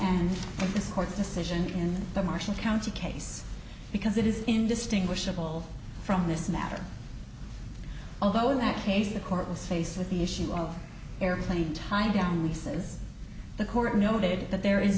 in the marshall county case because it is indistinguishable from this matter although in that case the court was faced with the issue of airplane tied down leases the court noted that there is